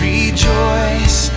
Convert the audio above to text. Rejoice